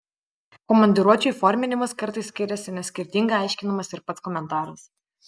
komandiruočių įforminimas kartais skiriasi nes skirtingai aiškinamas ir pats komentaras